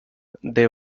they